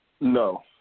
No